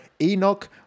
Enoch